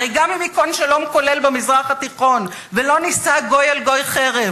הרי גם אם ייכון שלום כולל במזרח התיכון ולא נישא גוי אל גוי חרב,